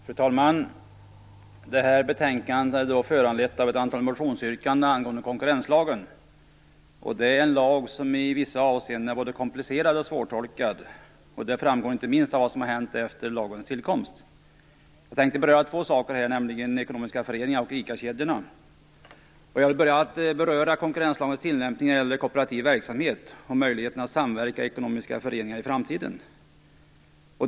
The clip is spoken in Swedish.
Fru talman! Detta betänkande är föranlett av ett antal motionsyrkanden angående konkurrenslagen. Det är en lag som i vissa avseenden är både komplicerad och svårtolkad. Det framgår inte minst av vad som har hänt efter lagens tillkomst. Jag tänker beröra två saker, nämligen de ekonomiska föreningarna och ICA-kedjorna. Jag vill börja med att beröra konkurrenslagens tillämpning när det gäller kooperativ verksamhet och möjligheten att samverka i ekonomiska föreningar i framtiden.